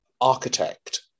architect